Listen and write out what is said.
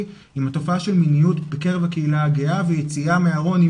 עם התופעה של מיניות בקרב הקהילה הגאה ויציאה מהארון,